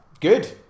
good